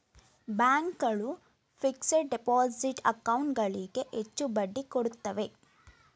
bank ಗಳು fixed deposit account ಗಳಿಗೆ ಹೆಚ್ಚು ಬಡ್ಡಿ ಕೊಡುತ್ತವೆ